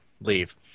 leave